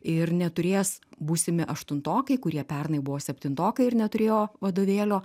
ir neturės būsimi aštuntokai kurie pernai buvo septintokai ir neturėjo vadovėlio